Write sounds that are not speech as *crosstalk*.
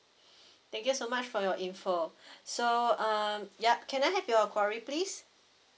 thank you so much for your info *breath* so um ya can I have your query please